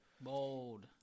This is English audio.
Bold